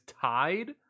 tied